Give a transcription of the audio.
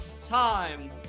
time